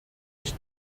ich